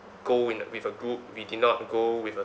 go in a with a group we did not go with a